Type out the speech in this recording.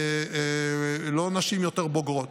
לא נשים יותר בוגרות,